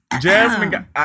Jasmine